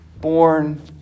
born